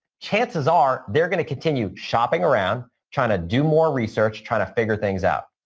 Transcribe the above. chances are they're going to continue shopping around, trying to do more research, trying to figure things out,